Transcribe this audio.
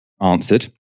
answered